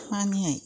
मानियै